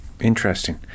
interesting